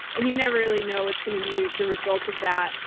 and you never really know what's going to be the result of that.